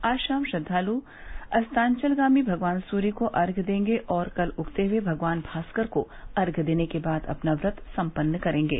आज शाम श्रद्वालु अस्तांचलगामी भगवान सूर्य को अर्घ्य देंगे और कल उगते हुए भगवान भास्कर को अर्घ्य देने के बाद अपना व्रत सम्पन्न करेंगे